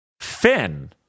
Finn